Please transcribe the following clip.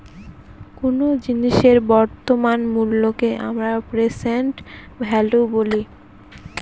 কোন জিনিসের বর্তমান মুল্যকে আমরা প্রেসেন্ট ভ্যালু বলি